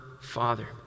Father